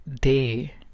day